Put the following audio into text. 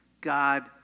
God